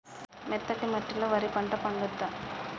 మెత్తటి మట్టిలో వరి పంట పండుద్దా?